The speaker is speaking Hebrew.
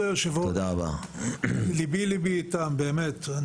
כבוד יושב הראש, ליבי ליבי איתם, באמת.